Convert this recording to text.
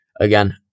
Again